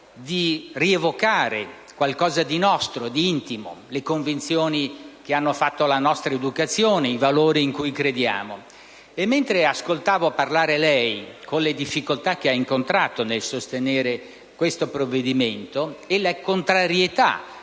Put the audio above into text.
di rievocare qualcosa di nostro, di intimo, le convinzioni che hanno fatto la nostra educazione, i valori in cui crediamo. Mentre ascoltavo parlare lei, con le difficoltà che ha incontrato nel sostenere questo provvedimento e le contrarietà